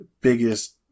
biggest